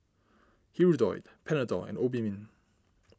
Hirudoid Panadol and Obimin